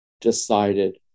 decided